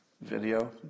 video